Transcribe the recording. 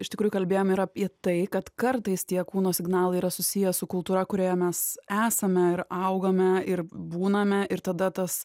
iš tikrųjų kalbėjom ir apie tai kad kartais tie kūno signalai yra susiję su kultūra kurioje mes esame ir augame ir būname ir tada tas